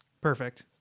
Perfect